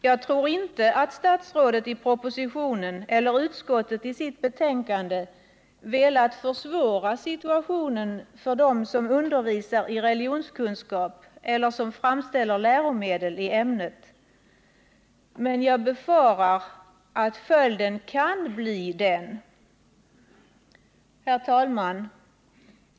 Jag tror inte att statsrådet i propositionen eller utskottet i sitt betänkande velat försvåra situationen för dem som undervisar i religionskunskap eller för dem som framställer läromedel i ämnet, men jag befarar att det är vad som kan bli följden. Herr talman!